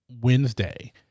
wednesday